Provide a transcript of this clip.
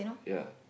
ya